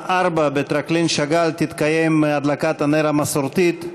16:00 תתקיים בטרקלין שאגאל הדלקת הנר המסורתית.